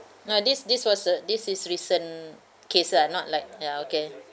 no this this was the this is recent case lah not like ya okay